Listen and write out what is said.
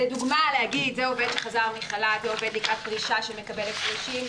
לדוגמה לומר שזה עובד שחזר מחל"ת או זה עובד לקראת פרישה שמקבל הפרשים.